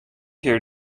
here